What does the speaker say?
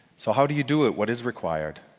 so how do you do it? what is required?